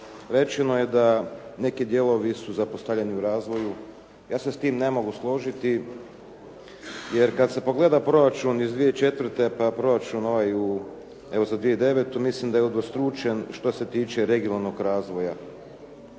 Rečeno je da neki dijelovi su zapostavljeni u razvoju. Ja se s tim ne mogu složiti jer kad se pogleda proračun iz 2004., pa proračun ovaj evo za 2009. mislim da je udvostručen što se tiče regionalnog razvoja.